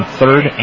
third